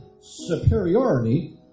superiority